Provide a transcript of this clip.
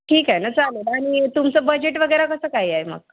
ठीक आहे ना चालेल आणि तुमचं बजेट वगैरे कसं काय आहे मग